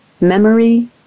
memory